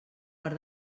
per